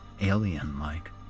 alien-like